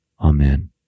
Amen